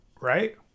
right